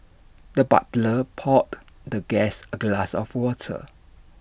the butler poured the guest A glass of water